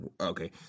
Okay